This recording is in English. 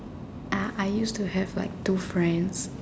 uh I used to have like two friends